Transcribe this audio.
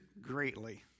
greatly